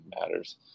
matters